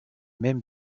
même